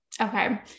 okay